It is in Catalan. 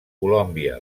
colòmbia